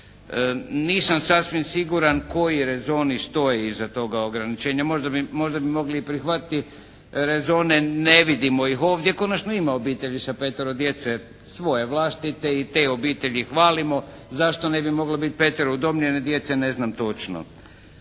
Nisam sasvim siguran koji rezon stoji iza toga ograničenja, možda bi mogli i prihvatiti rezone, ne vidimo ih ovdje. Konačno ima obitelji sa petoro djece, svoje vlastite i te obitelji hvalimo. Zašto ne bi moglo biti petoro udomljene djece, ne znam točno.